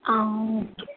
ஆ okay